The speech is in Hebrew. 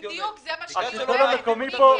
בדיוק, זה מה שאני אומרת.